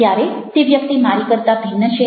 ત્યારે તે વ્યક્તિ મારી કરતા ભિન્ન છે